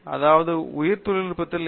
அதாவது உயிரி தொழில்நுட்பத்தில் எம்